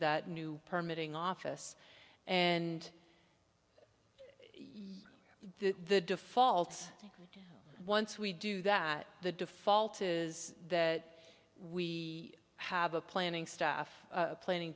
that new permitting office and the default once we do that the default is that we have a planning staff planning